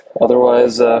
otherwise